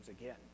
again